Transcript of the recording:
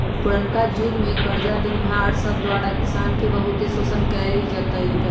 पुरनका जुग में करजा देनिहार सब द्वारा किसान के बहुते शोषण कएल जाइत रहै